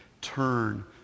turn